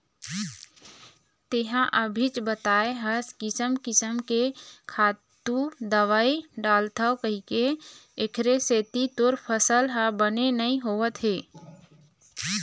तेंहा अभीच बताए हस किसम किसम के खातू, दवई डालथव कहिके, एखरे सेती तोर फसल ह बने नइ होवत हे